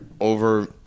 over